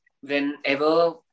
whenever